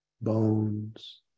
bones